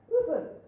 Listen